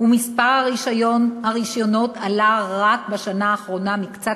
ומספר הרישיונות עלה רק בשנה האחרונה מקצת